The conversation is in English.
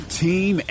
team